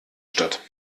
statt